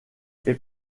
fait